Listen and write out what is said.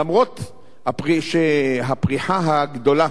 למרות שהפריחה הגדולה